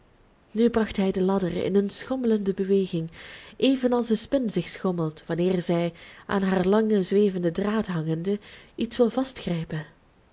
nu bracht hij de ladder in een schommelende beweging evenals de spin zich schommelt wanneer zij aan haar langen zwevenden draad hangende iets wil